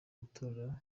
matora